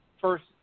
first